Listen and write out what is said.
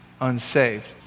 unsaved